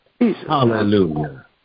Hallelujah